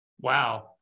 Wow